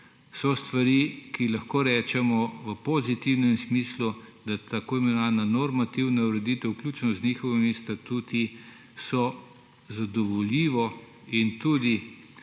so stvari, ki lahko rečemo v pozitivnem smislu, da tako imenovana normativna ureditev, vključno z njihovimi statutu, so zadovoljivo in tudi